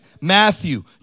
matthew